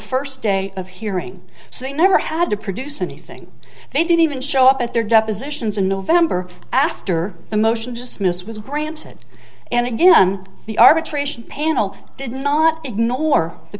first day of hearing so they never had to produce anything they didn't even show up at their depositions and november after the motion just miss was granted and again the arbitration panel did not ignore the